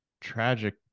tragic